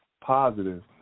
positive